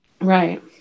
Right